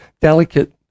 delicate